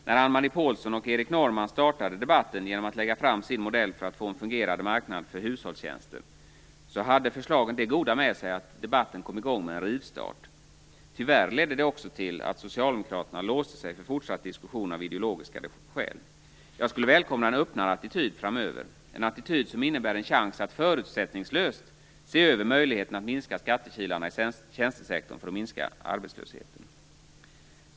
När Anne-Marie Pålsson och Erik Norrman startade debatten genom att lägga fram sin modell för att få en fungerande marknad för hushållstjänster hade förslagen det goda med sig att debatten kom i gång med en rivstart. Tyvärr ledde det också till att socialdemokraterna låste sig för fortsatt diskussion av ideologiska skäl. Jag skulle välkomna en öppnare attityd framöver, en attityd som innebär en chans att förutsättningslöst se över möjligheterna att minska skattekilarna i tjänstesektorn för att minska arbetslösheten.